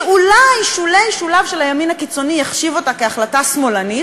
שאולי שולי-שוליו של הימין הקיצוני יחשיב אותה כהחלטה שמאלנית,